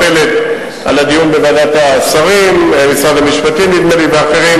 רב בנושאים האלה.